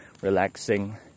relaxing